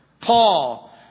Paul